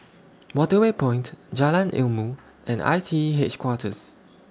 Waterway Point Jalan Ilmu and I T E Headquarters